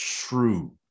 true